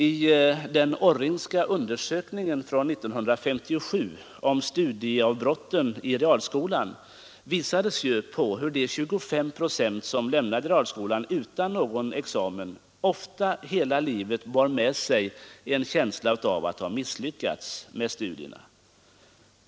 I den Orringska undersökningen från 1957 om studieavbrott i realskolan visades på hur de 25 procent som lämnade realskolan utan någon examen ofta hela livet bar med sig en känsla av att ha misslyckats med studierna.